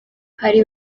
hari